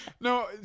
No